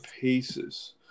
paces